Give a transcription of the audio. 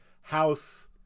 house